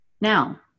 Now